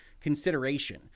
consideration